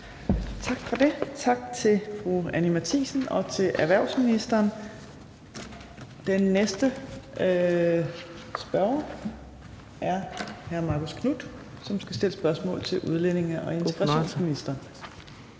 Tak for det. Tak til fru Anni Matthiesen og til erhvervsministeren. Den næste spørger er hr. Marcus Knuth, som skal stille spørgsmål til udlændinge- og integrationsministeren.